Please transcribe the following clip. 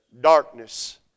Darkness